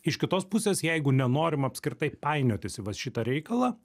iš kitos pusės jeigu nenorim apskritai painiotis į va šitą reikalą